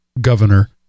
governor